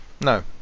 No